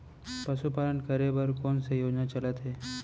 पशुपालन करे बर कोन से योजना चलत हे?